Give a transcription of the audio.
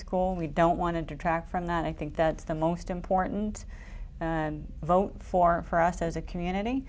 school and we don't want to detract from that i think that's the most important vote for for us as a community